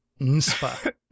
NSPA